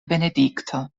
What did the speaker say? benedikto